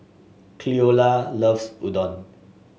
Cleola loves Udon